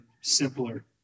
simpler